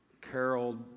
Carol